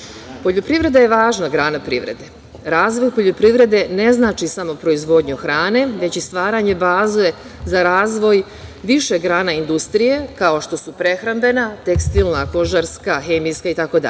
prerađivačima. Poljoprivreda je važna grana privrede. Razvoj poljoprivrede ne znači samo proizvodnju hrane, već i stvaranje baze za razvoj više grana industrije kao što su prehrambena, tekstilna, kožarska, hemijska itd.